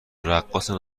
رقاصن